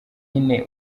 nyine